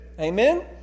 Amen